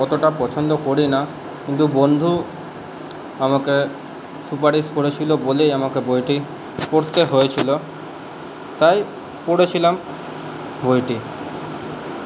অতটা পছন্দ করি না কিন্তু বন্ধু আমাকে সুপারিশ করেছিলো বলেই আমাকে বইটি পড়তে হয়েছিলো তাই পড়েছিলাম বইটি